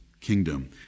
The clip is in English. kingdom